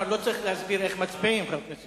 ההצעה להעביר את הצעת חוק המים (תיקון, חובת התקנת